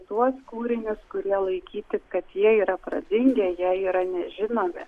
tuos kūrinius kurie laikyti kad jie yra pradingę jie yra nežinomi